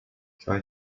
try